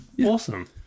Awesome